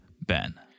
Ben